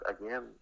again